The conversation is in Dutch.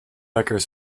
lekker